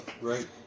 right